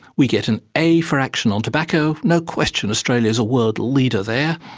we get an a for action on tobacco. no question, australia's a world leader there.